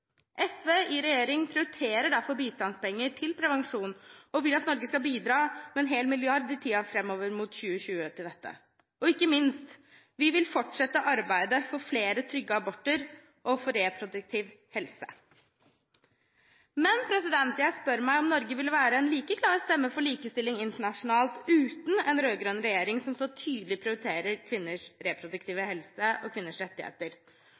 SV i regjering prioriterer derfor bistandspenger til prevensjon og vil at Norge skal bidra med en hel milliard i tiden framover mot 2020, ikke minst vil vi fortsette arbeidet for flere trygge aborter og for reproduktiv helse. Men jeg spør meg om Norge vil være en like klar stemme for likestilling internasjonalt uten en rød-grønn regjering som så tydelig poengterer kvinners reproduktive helse og kvinners rettigheter,